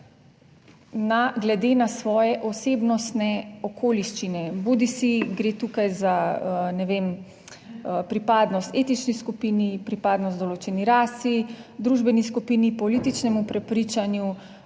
ga glede na svoje osebnostne okoliščine, bodisi gre tukaj za, ne vem, pripadnost etični skupini, pripadnost določeni rasi, družbeni skupini, političnemu prepričanju,